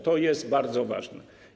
To jest bardzo ważne.